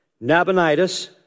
Nabonidus